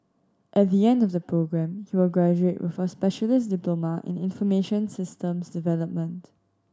at the end of the programme he will graduate with a specialist diploma in information systems development